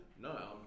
no